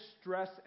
stress